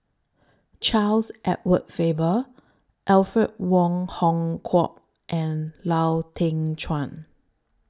Charles Edward Faber Alfred Wong Hong Kwok and Lau Teng Chuan